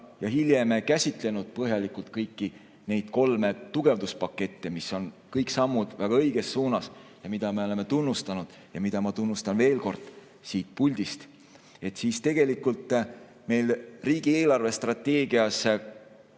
ja hiljem käsitlenud põhjalikult kõiki kolme tugevduspaketti, mis on sammud väga õiges suunas – me oleme neid tunnustanud ja ma tunnustan neid veel kord siit puldist –, siis tegelikult meil riigi eelarvestrateegias